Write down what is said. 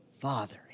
Father